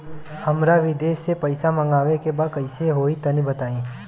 हमरा विदेश से पईसा मंगावे के बा कइसे होई तनि बताई?